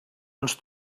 ens